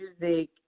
music